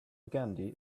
gandhi